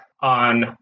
on